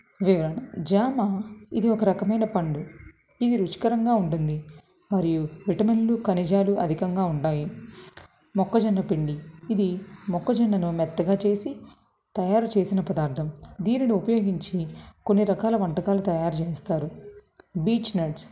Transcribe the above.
వివరణ జామా ఇది ఒక రకమైన పండు ఇది రుచికరంగా ఉంటుంది మరియు విటమిన్లు ఖనిజాలు అధికంగా ఉంటాయి మొక్కజొన్న పిండి ఇది మొక్కజొన్నను మెత్తగా చేసి తయారు చేసిన పదార్థం దీనిని ఉపయోగించి కొన్ని రకాల వంటకాలు తయారుజేస్తారు బీచ్ నట్స్